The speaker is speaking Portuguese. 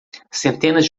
centenas